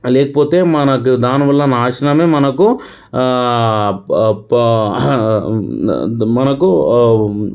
లేకపోతే మనకి దానివల్ల నాశనమే మనకు మనకు